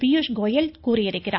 பியூஷ் கோயல் தெரிவித்திருக்கிறார்